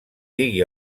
digui